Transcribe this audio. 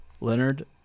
Leonard